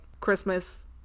Christmas